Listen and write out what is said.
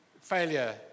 failure